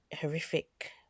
horrific